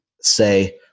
say